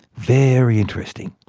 very interesting,